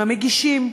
עם המגישים.